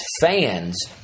fans